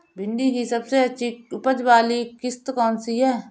भिंडी की सबसे अच्छी उपज वाली किश्त कौन सी है?